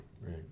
Right